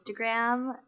Instagram